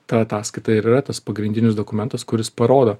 ta ataskaita ir yra tas pagrindinis dokumentas kuris parodo